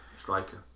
Striker